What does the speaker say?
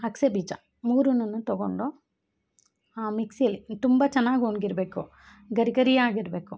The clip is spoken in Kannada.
ಅಗ್ಸೆ ಬೀಜ ಮೂರುನ್ನು ತೊಗೊಂಡು ಆ ಮಿಕ್ಸಿಯಲ್ಲಿ ತುಂಬ ಚೆನ್ನಾಗ್ ಒಣಗಿರ್ಬೇಕು ಗರಿ ಗರಿಯಾಗಿರಬೇಕು